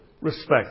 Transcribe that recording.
respect